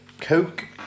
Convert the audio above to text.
Coke